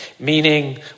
meaning